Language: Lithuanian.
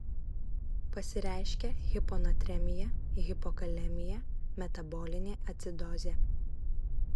pasireiškia hiponatremija hipokalemija metabolinė acidozė